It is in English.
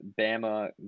Bama